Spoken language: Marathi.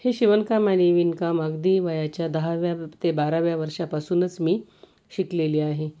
हे शिवणकाम आणि विणकाम अगदी वयाच्या दहाव्या ते बाराव्या वर्षापासूनच मी शिकलेली आहे